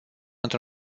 într